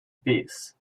peas